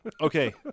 Okay